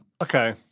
Okay